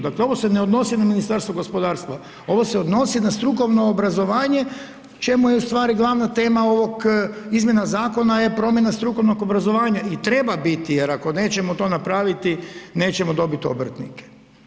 Dakle ovo se ne odnosi na Ministarstvo gospodarstva, ovo se odnosi na strukovno obrazovanje čemu je glavna tema ovog izmjena zakona je promjena strukovnog obrazovanja i treba biti jer ako nećemo to napraviti nećemo dobiti obrtnike.